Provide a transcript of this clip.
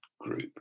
group